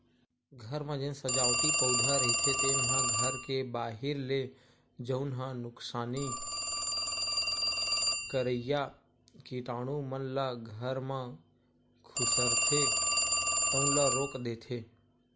घर म जेन सजावटी पउधा रहिथे तेन ह घर के बाहिर ले जउन ह नुकसानी करइया कीटानु मन ल घर म खुसरथे तउन ल रोक देथे